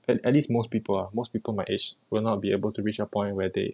at at least most people ah most people my age will not be able to reach a point where they